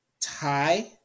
tie